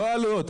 לא העלויות.